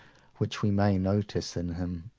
which we may notice in him.